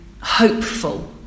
hopeful